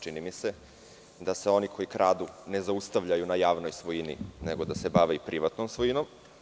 Čini mi se da se oni koji kradu ne zaustavljaju na javnoj svojini nego da se bave i privatnom svojinom.